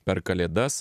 per kalėdas